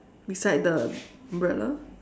beside the umbrella